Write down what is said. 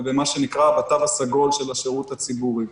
ובמה שנקרא התו הסגול של השירות הציבורי,